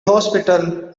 hospital